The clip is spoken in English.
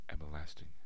everlasting